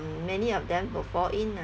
many of them will fall in lah